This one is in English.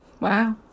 Wow